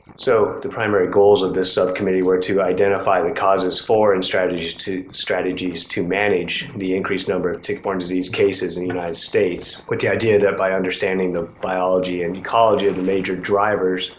so, the primary goals of this subcommittee were to identify the causes for and strategies to strategies to manage the increased number of tick-borne disease cases in the united states with the idea that by understanding the biology and ecology of the major drivers,